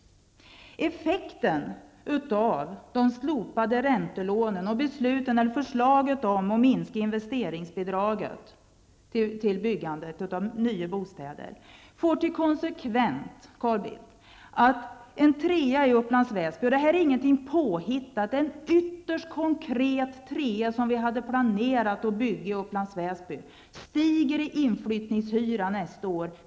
Effekten av de slopade räntelånen och förslaget om att man skall minska investeringsbidraget till byggandet av nya bostäder får till konsekvens, Carl Bildt, att en trea i Upplands Väsby -- det här är ingenting påhittat, utan det är en ytterst konkret trea som vi hade planerat att bygga i Upplands kronor.